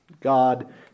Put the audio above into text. God